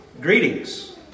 Greetings